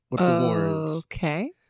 okay